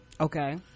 okay